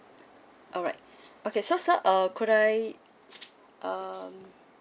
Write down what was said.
alright okay so sir uh could I um